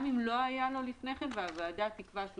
גם אם לא היה לו לפני כן והוועדה תקבע שהוא